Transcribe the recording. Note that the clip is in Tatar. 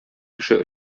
кеше